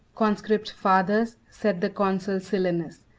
conscript fathers, said the consul syllanus,